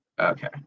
Okay